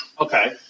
Okay